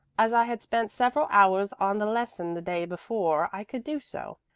as i had spent several hours on the lesson the day before, i could do so.